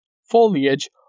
foliage